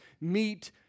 meet